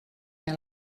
neu